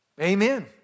Amen